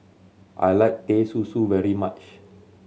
I like Teh Susu very much